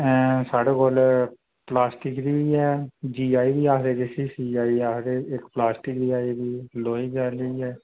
आं साढ़े कोल प्लॉस्टिक दी बी ऐ जी आई दी बी आक्खदे जिसी प्लॉस्टिक दी आई दी लोहे आह्ली बी ऐ